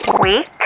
Week